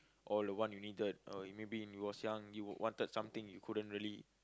all the want you needed oh maybe when you was young you would wanted something you couldn't really